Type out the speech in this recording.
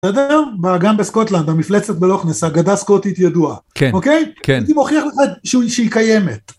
גם בסקוטלנד המפלצת בלוך-נס, אגדה סקוטית ידועה, אוקיי, הוא מוכיח לך שהיא קיימת.